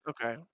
okay